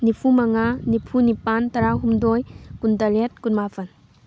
ꯅꯤꯐꯨꯃꯉꯥ ꯅꯤꯐꯨꯅꯤꯄꯥꯟ ꯇꯔꯥꯍꯨꯝꯗꯣꯏ ꯀꯨꯟꯇꯔꯦꯠ ꯀꯨꯟꯃꯥꯄꯟ